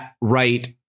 right